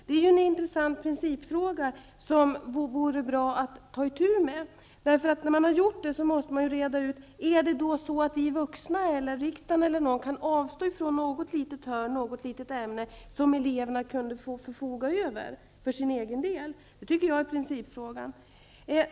Det är en intressant principfråga som det vore bra om man tog itu med. När man har gjort det måste man nämligen reda ut om vi vuxna, riksdagen eller någon annan kan avstå från något litet ämne som eleverna kan få förfoga över för egen del. Det tycker jag är principfrågan.